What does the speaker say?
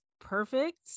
perfect